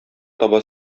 таба